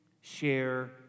share